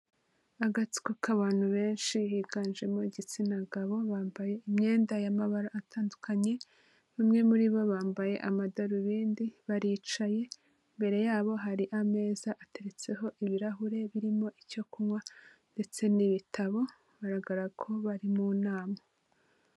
Agatsiko k'abantu benshi higanjemo igitsina gabo bambaye imyenda y'amabara atandukanye bamwe muri bo bambaye amadarubindi baricaye imbere yabo hari ameza ateretseho ibirahure birimo icyo kunywa ndetse n'ibitabo bigaragara ko bari mu nama.